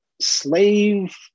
slave